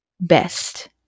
best